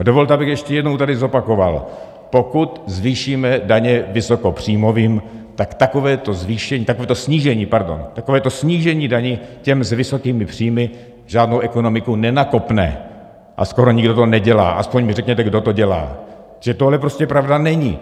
A dovolte, abych ještě jednou tady zopakoval, pokud zvýšíme daně vysokopříjmovým, tak takovéto zvýšení... takovéto snížení, pardon, takovéto snížení daní těm s vysokými příjmy žádnou ekonomiku nenakopne, a skoro nikdo to nedělá, aspoň mi řekněte, kdo to dělá, že tohle prostě pravda není.